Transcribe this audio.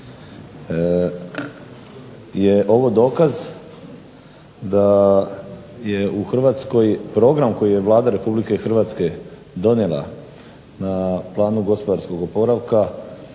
je ovo dokaz da je u Hrvatskoj program koji je Vlada Republike Hrvatske donijela na planu gospodarskog oporavka